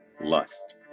Lust